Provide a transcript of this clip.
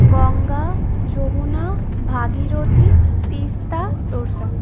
Ganga Yamuna Bhagirathi Teesta Torsa